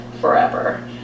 forever